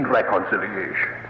reconciliation